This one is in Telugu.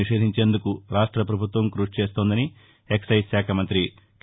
నిషేధించేందుకు రాష్ట పభుత్వం కృషి చేస్తోందని ఎక్పైజ్శాఖ మంత్రి కె